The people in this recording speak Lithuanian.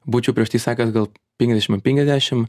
būčiau prieš tai sakęs gal penkiasdešim ant penkiasdešim